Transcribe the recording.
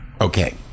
Okay